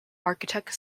architect